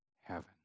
heaven